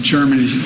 Germany